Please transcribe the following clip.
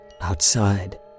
Outside